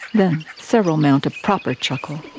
then several mount a proper chuckle.